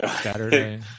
Saturday